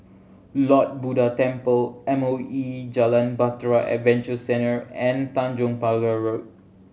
Lord Buddha Temple M O E Jalan Bahtera Adventure Centre and Tanjong Pagar Road